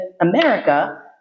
America